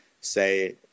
say